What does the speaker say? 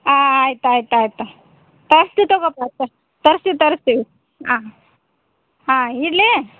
ಹಾಂ ಆಯ್ತು ಆಯ್ತು ಆಯ್ತು ತರಿಸ್ತೀವ್ ತಗೋಪಾ ತರಿಸ್ತೀವ್ ತರಿಸ್ತೀವಿ ಹಾಂ ಹಾಂ ಇಡ್ಲಿ